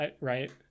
right